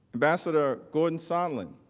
ambassador gordon sondland,